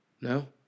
No